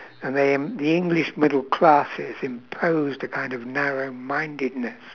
and they um the english middle classes imposed the kind of narrow mindedness